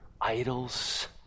idols